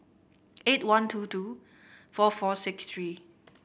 eight one two two four four six three